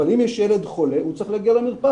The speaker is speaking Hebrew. אבל אם יש ילד חולה הוא צריך להגיע למרפאה,